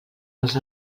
els